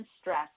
stress